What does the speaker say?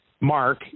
mark